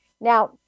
Now